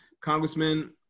Congressman